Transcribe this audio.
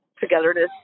togetherness